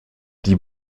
die